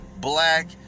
black